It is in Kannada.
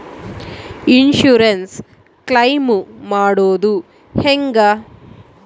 ಇನ್ಸುರೆನ್ಸ್ ಕ್ಲೈಮು ಮಾಡೋದು ಹೆಂಗ?